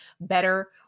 better